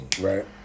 Right